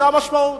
זאת המשמעות.